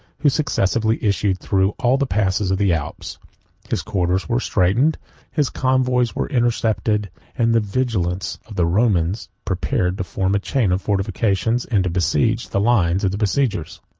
who successively issued through all the passes of the alps his quarters were straitened his convoys were intercepted and the vigilance of the romans prepared to form a chain of fortifications, and to besiege the lines of the besiegers.